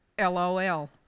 LOL